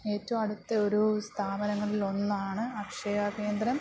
ഏറ്റവും അടുത്ത ഒരു സ്ഥാപനങ്ങളിലൊന്നാണ് അക്ഷയ കേന്ദ്രം